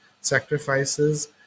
sacrifices